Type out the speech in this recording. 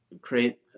create